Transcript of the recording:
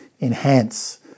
enhance